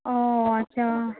অ আচ্ছা